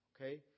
Okay